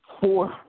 four